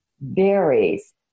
varies